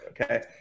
Okay